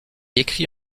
écrit